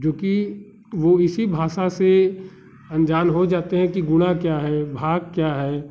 जोकि वो इसी भाषा से अनजान हो जाते है कि गुणा क्या हैं भाग क्या हैं